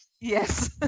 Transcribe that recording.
Yes